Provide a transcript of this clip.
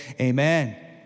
amen